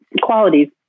qualities